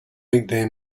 weekday